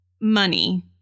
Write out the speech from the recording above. money